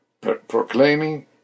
proclaiming